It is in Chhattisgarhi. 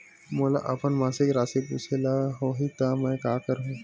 मोला अपन मासिक राशि पूछे ल होही त मैं का करहु?